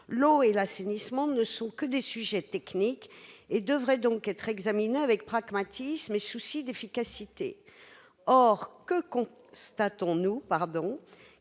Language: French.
L'eau et l'assainissement ne sont que des sujets techniques et devraient donc être examinés avec pragmatisme et souci d'efficacité. Or que constatons-nous ?